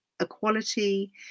equality